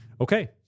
Okay